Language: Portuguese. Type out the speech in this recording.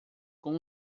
com